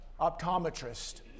optometrist